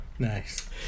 Nice